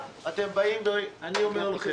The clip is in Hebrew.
אני אומר לכם,